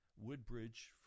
Woodbridge